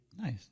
nice